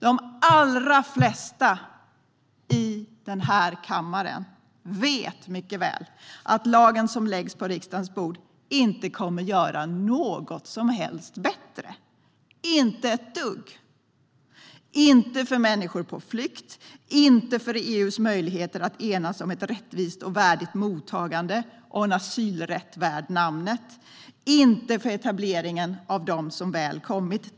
De allra flesta i denna kammare vet mycket väl att den lag som läggs på riksdagens bord inte kommer att göra något som helst bättre, inte ett dugg - inte för människor på flykt, inte för EU:s möjligheter att enas om ett rättvist och värdigt mottagande och en asylrätt värd namnet och inte för etableringen av dem som väl har kommit.